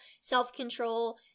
self-control